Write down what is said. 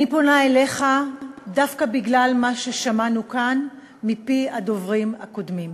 אני פונה אליך דווקא בגלל מה ששמענו כאן מפי הדוברים הקודמים.